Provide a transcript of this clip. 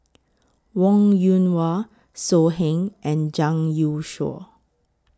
Wong Yoon Wah So Heng and Zhang Youshuo